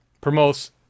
promotes